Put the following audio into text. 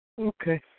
Okay